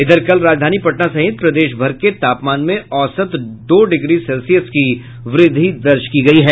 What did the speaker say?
इधर कल राजधानी पटना सहित प्रदेशभर के तापमान में औसत दो डिग्री सेल्सियस की व्रद्धि दर्ज की गयी है